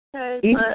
Okay